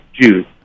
Jews